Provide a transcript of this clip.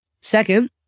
Second